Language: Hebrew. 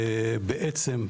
בעצם,